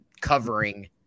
covering